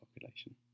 population